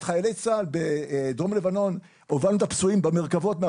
את חיילי צה"ל בדרום לבנון הובלנו את הפצועים במרכבות,